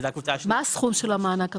שזו הקבוצה השנייה --- מהו הסכום של המענק הבסיסי?